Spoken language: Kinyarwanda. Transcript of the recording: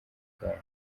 urwaye